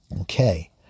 Okay